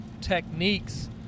techniques